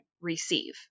receive